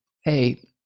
hey